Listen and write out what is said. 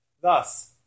Thus